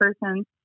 person